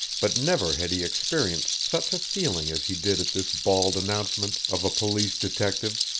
but never had he experienced such a feeling as he did at this bald announcement of a police detective.